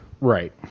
Right